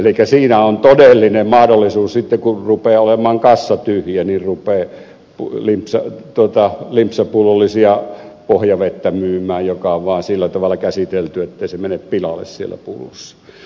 elikkä siinä on todellinen mahdollisuus sitten kun rupeaa olemaan kassa tyhjä ruveta myymään limpsapullollisia pohjavettä joka on vaan sillä tavalla käsitelty ettei se mene pilalle siellä pullossa